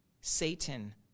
Satan